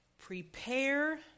Prepare